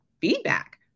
feedback